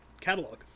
catalog